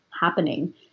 happening